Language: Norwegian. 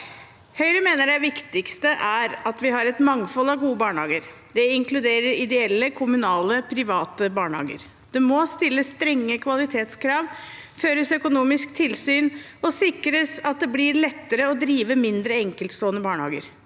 Høyre mener det viktigste er at vi har et mangfold av gode barnehager. Det inkluderer ideelle, kommunale og private barnehager. Det må stilles strenge kvalitetskrav, føres økonomisk tilsyn og sikres at det blir lettere å drive mindre, enkeltstående barnehager.